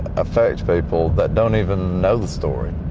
affect people that don't even know the story.